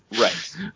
Right